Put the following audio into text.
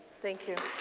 thank you.